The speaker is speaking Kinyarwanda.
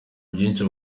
byinshi